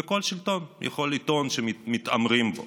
וכל שלטון יכול לטעון שמתעמרים בו